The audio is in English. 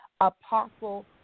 Apostle